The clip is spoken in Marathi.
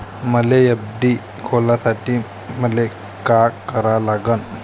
मले एफ.डी खोलासाठी मले का करा लागन?